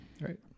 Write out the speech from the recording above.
Right